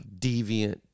deviant